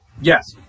Yes